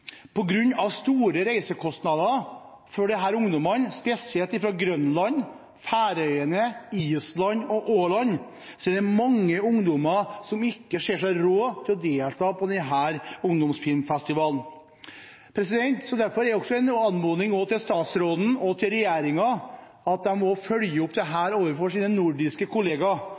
store reisekostnader for disse ungdommene, spesielt fra Grønland, Færøyene, Island og Åland, er det mange ungdommer som ikke tar seg råd til å delta på denne ungdomsfilmfestivalen. Derfor vil jeg komme med en anmodning til statsråden og regjeringen om at de må følge opp